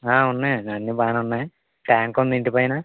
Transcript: ఉన్నాయండి అన్నీ బాగానే ఉన్నాయి ట్యాంకు ఉంది ఇంటిపైన